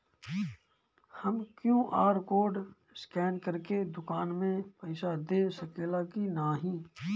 हम QR code scan करके दुकान में पईसा दे सकेला की नाहीं?